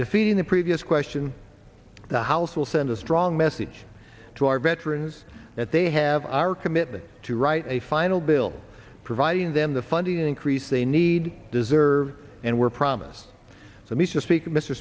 defeating the previous question the house will send a strong message to our veterans that they have our commitment to write a final bill providing them the funding increase they need deserve and were promised s